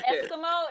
Eskimo